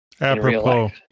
Apropos